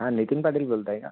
हां नितीन पाटील बोलत आहे का